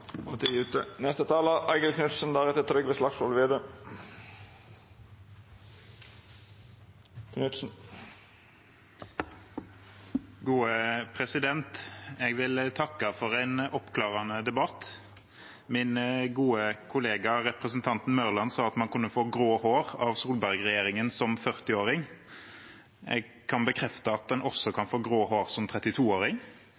er ute. Jeg vil takke for en oppklarende debatt. Min gode kollega, representanten Mørland, sa at man kan få grå hår som 40-åring av Solberg-regjeringen. Jeg kan bekrefte at man også kan